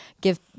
give